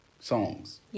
songs